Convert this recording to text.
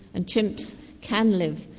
and chimps can live.